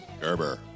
Gerber